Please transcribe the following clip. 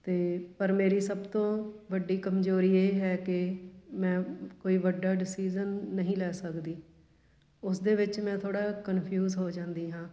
ਅਤੇ ਪਰ ਮੇਰੀ ਸਭ ਤੋਂ ਵੱਡੀ ਕਮਜ਼ੋਰੀ ਇਹ ਹੈ ਕਿ ਮੈਂ ਕੋਈ ਵੱਡਾ ਡਸੀਜ਼ਨ ਨਹੀਂ ਲੈ ਸਕਦੀ ਉਸਦੇ ਵਿੱਚ ਮੈਂ ਥੋੜ੍ਹਾ ਕਨਫਿਊਜ਼ ਹੋ ਜਾਂਦੀ ਹਾਂ